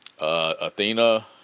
Athena